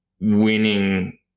winning